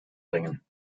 bringen